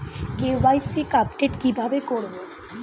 KYC update কি ভাবে করবো?